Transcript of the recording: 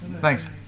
thanks